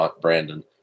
Brandon